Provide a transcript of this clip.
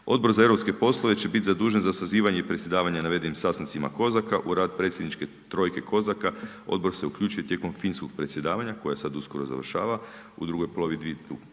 Odbor za eu poslove će biti zadužen za sazivanje i predsjedavanje navedenim sastancima COSAC-a u rad predsjedničke trojke COSAC-a Odbor se uključio tijekom finskog predsjedavanja koje sad uskoro završava u drugoj polovici